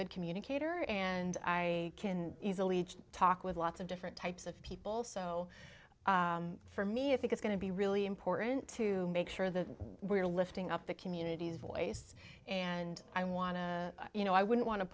good communicator and i can easily talk with lots of different types of people so for me i think it's going to be really important to make sure that we're lifting up the community's voice and i want to you know i wouldn't want to